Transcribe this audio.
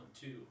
two